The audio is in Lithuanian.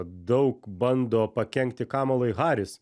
daug bando pakenkti kamalai haris